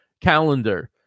calendar